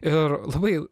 ir labai